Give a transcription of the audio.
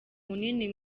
munini